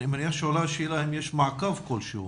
אני מניח שעולה השאלה האם יש מעקב כלשהו,